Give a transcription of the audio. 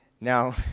Now